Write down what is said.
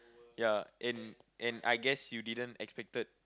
ya and and I guess you didn't expected